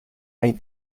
hate